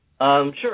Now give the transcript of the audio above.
Sure